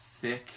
thick